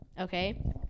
okay